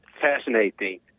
fascinating